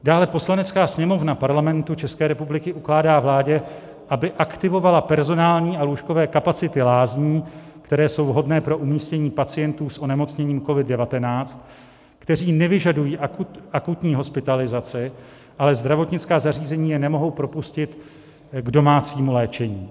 Dále: Poslanecká sněmovna Parlamentu České republiky ukládá vládě, aby aktivovala personální a lůžkové kapacity lázní, které jsou vhodné pro umístění pacientů s onemocněním COVID19, kteří nevyžadují akutní hospitalizaci, ale zdravotnická zařízení je nemohou propustit k domácímu léčení.